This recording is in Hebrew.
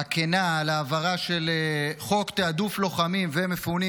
הכנה על ההעברה של חוק תיעדוף לוחמים ומפונים